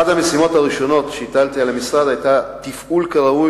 אחת המשימות הראשונות שהטלתי על המשרד היתה תפעול ראוי